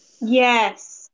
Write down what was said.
yes